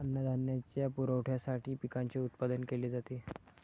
अन्नधान्याच्या पुरवठ्यासाठी पिकांचे उत्पादन केले जाते